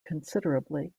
considerably